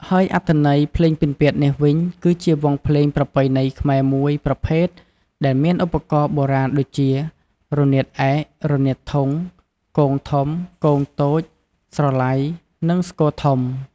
ហើយអត្ថន័យភ្លេងពិណពាទ្យនេះវិញ គឺជាវង់ភ្លេងប្រពៃណីខ្មែរមួយប្រភេទដែលមានឧបករណ៍បុរាណដូចជា រនាតឯក រនាតធុង គងធំ គងតូច ស្រឡៃ និងស្គរធំ។